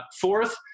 Fourth